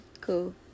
cool